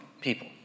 people